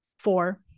Four